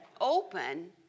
open